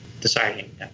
Deciding